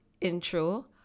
intro